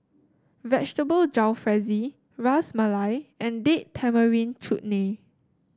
Vegetable Jalfrezi Ras Malai and Date Tamarind Chutney